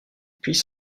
puis